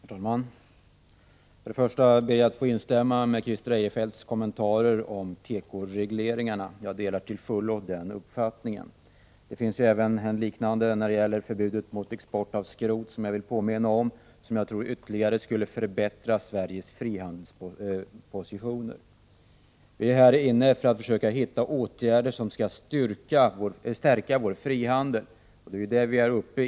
Herr talman! Först ber jag att få instämma i Christer Eirefelts tal beträffande tekoregleringarna. Jag delar till fullo hans uppfattning. Dessutom vill jag påminna om en liknande reglering när det gäller förbud mot export av skrot, eftersom vi även här skulle kunna förbättra Sveriges frihandelsposition. Vi försöker finna åtgärder för att stärka vår frihandel.